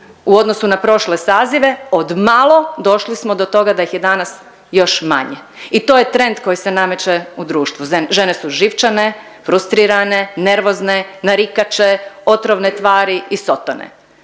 u odnosu na prošle sazive? Od malo došli smo do toga da ih je danas još manje. I to je trend koji se nameće u društvu. Žene su živčane, frustrirane, nervozne, narikače, otrovne tvari i sotone.